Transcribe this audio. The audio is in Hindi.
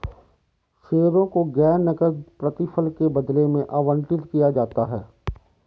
शेयरों को गैर नकद प्रतिफल के बदले में आवंटित किया जाता है